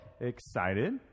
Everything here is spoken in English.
Excited